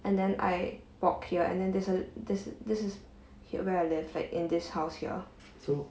and then I walk here and then there's a this is this is here where I live like in this house here